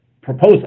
proposal